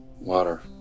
water